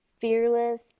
fearless